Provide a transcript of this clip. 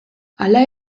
hala